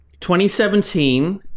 2017